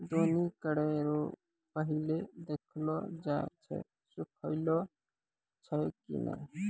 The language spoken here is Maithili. दौनी करै रो पहिले देखलो जाय छै सुखलो छै की नै